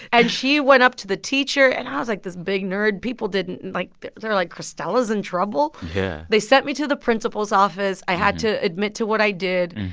and she went up to the teacher. and i was, like, this big nerd. people didn't, like they were like, cristela's in trouble? yeah they sent me to the principal's office. i had to admit to what i did.